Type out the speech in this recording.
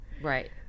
right